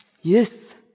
Yes